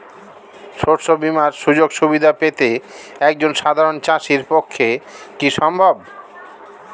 শস্য বীমার সুযোগ সুবিধা পেতে একজন সাধারন চাষির পক্ষে কি সম্ভব?